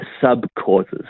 sub-causes